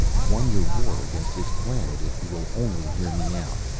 won your war against this planet, if you will only hear me out.